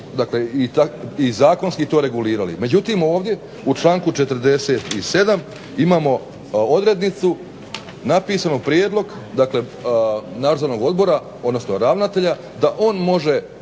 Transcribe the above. i zakonski to regulirali. Međutim, ovdje u članku 47. imamo odrednicu napisanu prijedlog dakle Nadzornog odbora, odnosno ravnatelja da on može